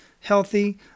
healthy